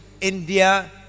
India